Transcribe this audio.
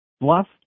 Bluff